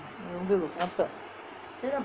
இருந்தது பாத்தேன்:irunthathu paathaen